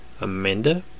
Amanda